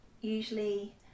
usually